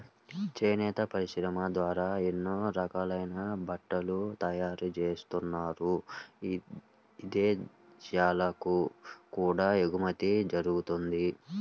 చేనేత పరిశ్రమ ద్వారా ఎన్నో రకాలైన బట్టలు తయారుజేత్తన్నారు, ఇదేశాలకు కూడా ఎగుమతి జరగతంది